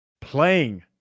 playing